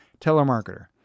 telemarketer